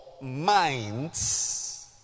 minds